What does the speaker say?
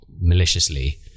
maliciously